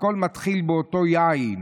הכול מתחיל באותו יין.